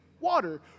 water